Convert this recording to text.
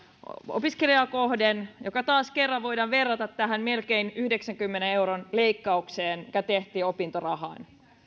opiskelijaa kohden jota taas kerran voidaan verrata tähän melkein yhdeksänkymmenen euron leikkaukseen mikä tehtiin opintorahaan